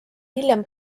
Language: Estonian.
hiljem